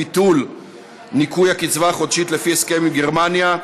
ביטול ניכוי הקצבה החודשית לפי הסכם עם גרמניה),